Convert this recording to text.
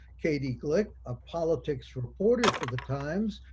katie glick, a politics reporter for the times,